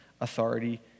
authority